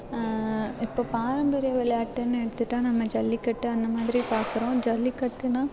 இப்போது பாரம்பரிய விளையாட்டுன்னு எடுத்துகிட்டா நம்ம ஜல்லிக்கட்டு அந்த மாதிரி பார்க்கறோம் ஜல்லிக்கட்டுன்னா